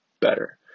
better